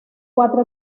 cuatro